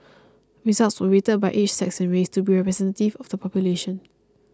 results were weighted by age sex and race to be representative of the population